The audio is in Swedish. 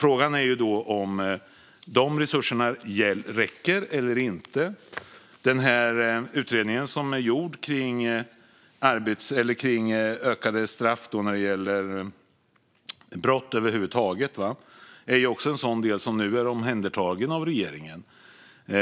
Frågan är om dessa resurser räcker eller inte. Den utredning som är gjord kring ökade straff när det gäller brott över huvud taget är också en sådan del som nu är omhändertagen av regeringen.